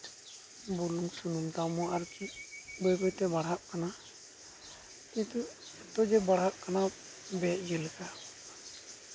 ᱵᱩᱞᱩᱝ ᱥᱩᱱᱩᱢ ᱫᱟᱢ ᱦᱚᱸ ᱟᱨᱠᱤ ᱵᱟᱹᱭᱼᱵᱟᱹᱭᱛᱮ ᱵᱟᱲᱦᱟᱜ ᱠᱟᱱᱟ ᱮᱛᱚ ᱮᱛᱚ ᱡᱮ ᱵᱟᱲᱦᱟᱜ ᱠᱟᱱᱟ ᱵᱮ ᱤᱭᱟᱹ ᱞᱮᱠᱟ